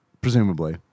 presumably